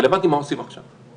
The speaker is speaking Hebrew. רלוונטי מה עושים עכשיו.